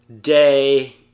day